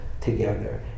together